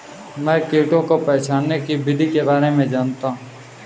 मैं कीटों को पहचानने की विधि के बारे में जनता हूँ